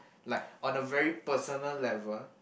like on a very personal level